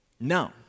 No